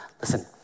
Listen